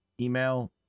email